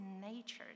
nature